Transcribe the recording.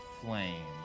flame